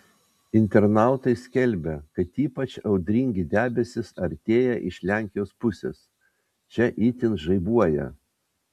internautai skelbia kad ypač audringi debesys artėja iš lenkijos pusės čia itin žaibuoja